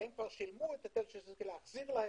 והם כבר שילמו את ההיטל שיש להחזיר להם.